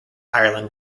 ireland